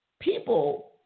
people